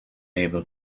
able